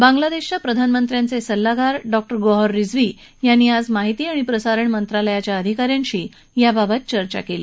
बांगलादेशच्या प्रधानमंत्र्यांचे सल्लागार डॉक्टर गोहर रिझवी यांनी आज माहिती आणि प्रसारण मंत्रालयाच्या अधिका यांशी याबाबत चर्चा केली